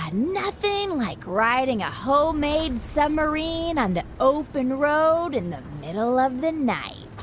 ah nothing like riding a homemade submarine on the open road in the middle of the night